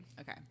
Okay